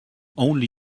only